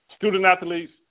Student-athletes